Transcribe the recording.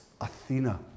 Athena